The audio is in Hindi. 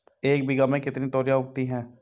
एक बीघा में कितनी तोरियां उगती हैं?